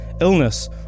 illness